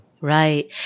Right